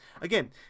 again